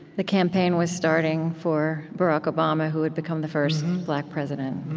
the campaign was starting for barack obama, who would become the first black president.